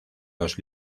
los